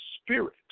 spirit